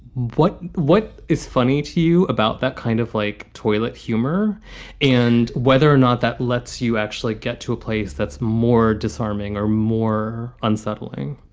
what what is funny to you about that kind of like toilet humor and whether or not that lets you actually get to a place that's more disarming or more unsettling?